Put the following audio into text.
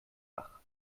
bach